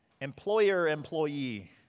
employer-employee